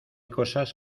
cosas